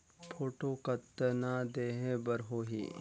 Photo कतना देहें बर होहि?